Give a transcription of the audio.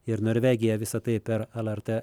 ir norvegiją visa tai per lrt